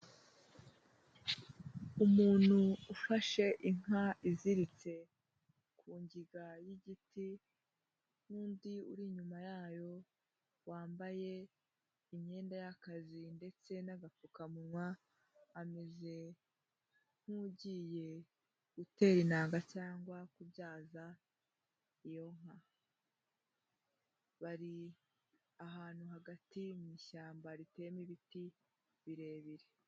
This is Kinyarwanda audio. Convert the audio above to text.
Umuntu ufashe inka iziritse ku ngiga y'igiti n'undi uri inyuma yayo, wambaye imyenda y'akazi ndetse n'agapfukamunwa, ameze nk'ugiye gutera intanga cyangwa kubyaza iyo nka. Bari ahantu hagati mu ishyamba riteyemo ibiti birebire.